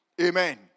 Amen